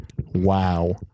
wow